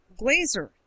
Glazer